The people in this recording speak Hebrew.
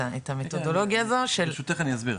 את המתודולוגיה הזו של --- ברשותך אני אסביר,